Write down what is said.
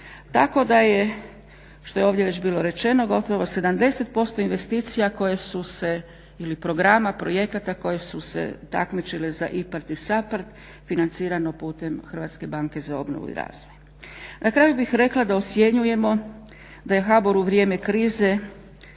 Tako da je, što je ovdje već bilo rečeno, gotovo 70% investicija koje su se ili programa, projekata koji su se takmičile za IPARD i SAPARD financirano putem HBOR-a. Na kraju bih rekla da ocjenjujemo da je HBOR u vrijeme krize